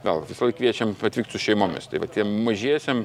vėl visąlaik kviečiam atvykt su šeimomis tai va tiem mažiesiem